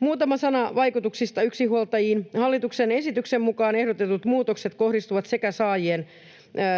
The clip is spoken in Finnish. Muutama sana vaikutuksista yksinhuoltajiin: Hallituksen esityksen mukaan ehdotetut muutokset kohdistuvat